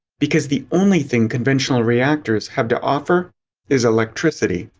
because the only thing conventional reactors have to offer is electricity.